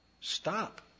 Stop